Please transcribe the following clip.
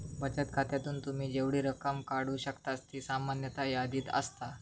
बचत खात्यातून तुम्ही जेवढी रक्कम काढू शकतास ती सामान्यतः यादीत असता